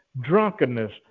drunkenness